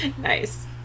Nice